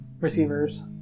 receivers